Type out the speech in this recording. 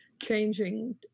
changing